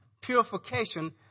purification